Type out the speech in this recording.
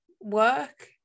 work